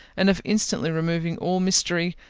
and of instantly removing all mystery,